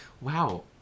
wow